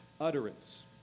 utterance